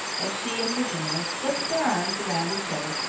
as she and virginia slipped their arms around each other,